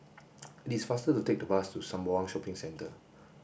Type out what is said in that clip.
it is faster to take the bus to Sembawang Shopping Centre